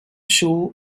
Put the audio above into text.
shoe